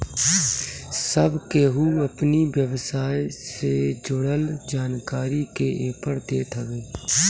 सब केहू अपनी व्यवसाय से जुड़ल जानकारी के एपर देत हवे